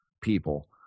people